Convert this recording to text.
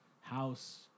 house